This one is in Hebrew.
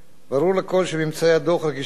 ברור לכול שממצאי הדוח רגישים ביותר